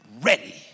ready